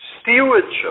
Stewardship